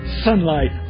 sunlight